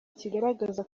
kigaragaza